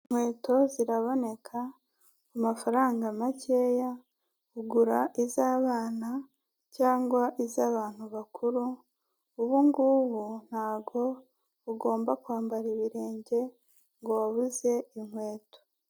Inkweto ziraboneka ku amafaranga makeya gura iz'abana cyangwa iz'abantu bakuru ubu ngubu ntago ugomba kwambara ibirenge ngo wabuze inkweto.